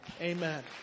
Amen